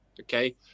okay